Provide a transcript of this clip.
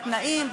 בתנאים,